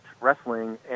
wrestling